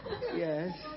Yes